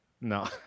No